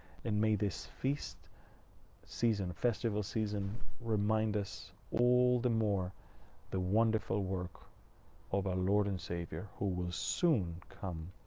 and may this feast season, festival season remind us all the more of the wonderful work of our lord and savior who will soon come,